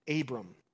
Abram